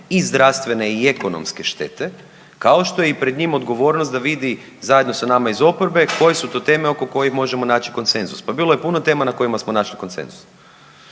i zdravstvene i ekonomske štete kao što je pred njim odgovornost da vidi zajedno da nama iz oporbe koje su to teme oko kojih možemo naći konsenzus. Pa bilo je puno tema na kojima smo našli konsenzus.